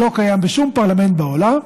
שלא קיים בשום פרלמנט בעולם,